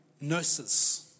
Nurses